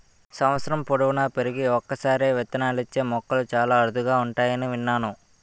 సంవత్సరం పొడువునా పెరిగి ఒక్కసారే విత్తనాలిచ్చే మొక్కలు చాలా అరుదుగా ఉంటాయని విన్నాను